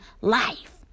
life